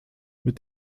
mit